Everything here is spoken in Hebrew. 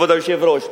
כבוד היושב-ראש,